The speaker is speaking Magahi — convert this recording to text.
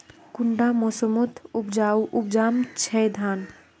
कुंडा मोसमोत उपजाम छै धान?